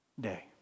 day